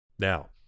Now